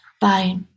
Bye